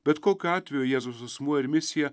bet kokiu atveju jėzaus asmuo ir misija